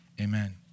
amen